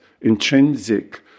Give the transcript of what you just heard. intrinsic